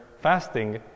fasting